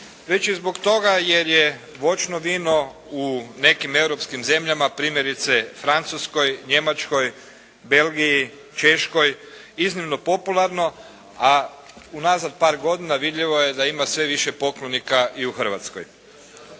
već i zbog toga jer je voćno vino u nekim europskim zemljama, primjerice Francuskoj, Njemačkoj, Belgiji, Češkoj iznimno popularno, a unazad par godina vidljivo je da ima sve više poklonika i u Hrvatskoj.